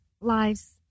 lives